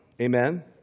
Amen